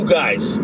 guys